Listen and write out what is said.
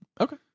Okay